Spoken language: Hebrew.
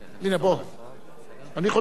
אני קורא כבר,